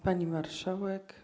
Pani Marszałek!